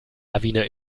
lawine